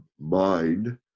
mind